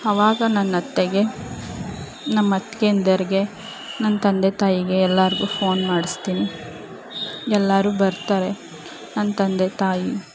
ಅವಾಗ ನನ್ನ ಅತ್ತೆಗೆ ನಮ್ಮ ಅತ್ತಿಗೆಯಂದಿರ್ಗೆ ನನ್ನ ತಂದೆ ತಾಯಿಗೆ ಎಲ್ಲರಿಗೂ ಫೋನ್ ಮಾಡಿಸ್ತೀನಿ ಎಲ್ಲರೂ ಬರ್ತಾರೆ ನನ್ನ ತಂದೆ ತಾಯಿ